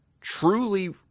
truly